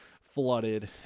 flooded